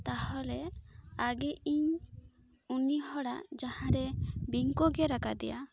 ᱛᱚᱦᱚᱞᱮ ᱟᱜᱮ ᱤᱧ ᱩᱱᱤ ᱦᱚᱲᱟᱜ ᱡᱟᱦᱟᱸᱨᱮ ᱵᱤᱧ ᱠᱚ ᱜᱮᱨ ᱟᱠᱟᱫᱮᱭᱟ